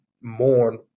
mourn